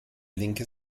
linke